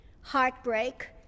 heartbreak